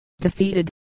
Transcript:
defeated